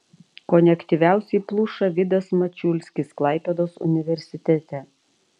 kone aktyviausiai pluša vidas mačiulskis klaipėdos universitete